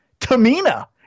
Tamina